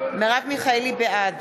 בעד